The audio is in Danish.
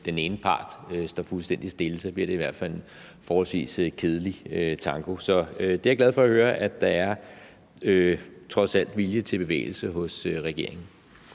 at den ene part står fuldstændig stille; så bliver det i hvert fald en forholdsvis kedelig tango. Så jeg er glad for at høre, at der trods alt er vilje til bevægelse hos regeringen.